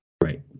Right